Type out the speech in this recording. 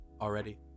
already